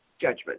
judgment